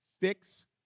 fix